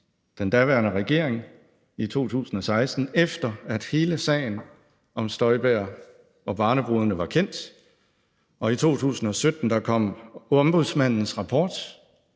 den daværende regering i 2016, efter at hele sagen om Inger Støjberg og barnebrudene var kendt, og i 2017 kom Ombudsmandens rapport